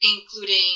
including